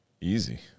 Easy